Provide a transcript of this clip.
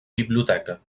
biblioteca